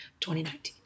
2019